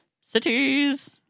Cities